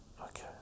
okay